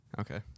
Okay